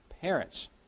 Parents